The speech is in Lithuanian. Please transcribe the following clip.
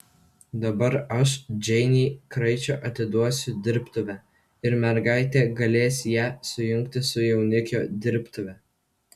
dabar aš džeinei kraičio atiduosiu dirbtuvę ir mergaitė galės ją sujungti su jaunikio dirbtuve